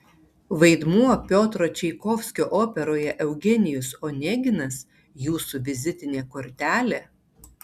vaidmuo piotro čaikovskio operoje eugenijus oneginas jūsų vizitinė kortelė